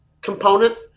component